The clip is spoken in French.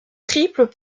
triples